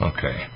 Okay